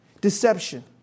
Deception